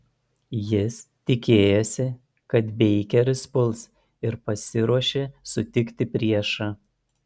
jis tikėjosi kad beikeris puls ir pasiruošė sutikti priešą